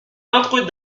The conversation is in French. entre